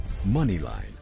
Moneyline